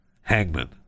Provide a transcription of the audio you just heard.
hangman